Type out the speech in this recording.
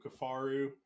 Kafaru